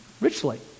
richly